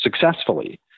successfully